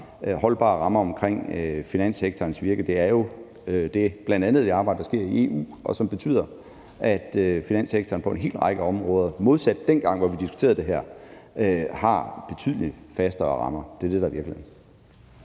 holdbare rammer omkring finanssektorens virke, er jo bl.a. det arbejde, der sker i EU, som betyder, at finanssektoren på en hel række områder, modsat dengang vi diskuterede det her, har betydelig fastere rammer. Det er det, der er virkeligheden.